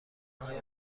های